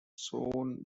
soon